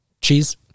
Cheese